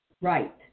right